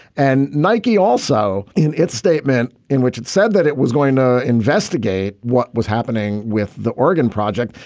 and nike also in its statement in which it said that it was going to investigate what was happening with the oregon project.